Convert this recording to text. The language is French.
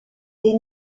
des